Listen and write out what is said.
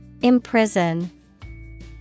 Imprison